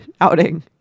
outing